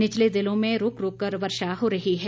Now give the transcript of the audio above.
निचले जिलों में रूक रूक कर वर्षा हो रही है